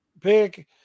pick